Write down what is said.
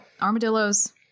armadillos